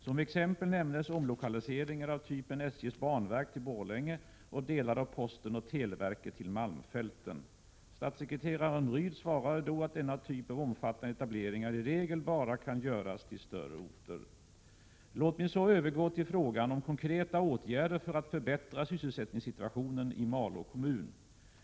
Som exempel nämndes omlokaliseringar av typen SJ:s banverk till Borlänge och delar av posten och televerket till malmfälten. Statssekreteraren Rydh svarade då att denna typ av omfattande etableringar i regel bara kan göras till större orter. Låt mig så övergå till frågan om konkreta åtgärder för att förbättra sysselsättningssituationen i Malå kommun.